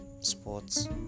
sports